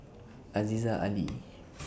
Aziza Ali